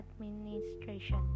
administration